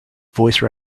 voice